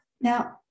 Now